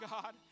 God